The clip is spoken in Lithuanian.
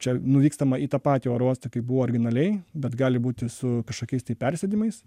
čia nuvykstama į tą patį oro uostą kaip buvo originaliai bet gali būti su kažkokiais tai persėdimais